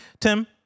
Tim